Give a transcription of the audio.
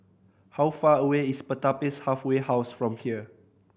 how far away is Pertapis Halfway House from here